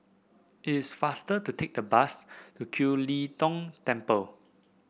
it is faster to take the bus to Kiew Lee Tong Temple